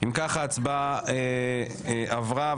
הצבעה אושרה.